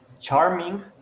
charming